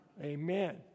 Amen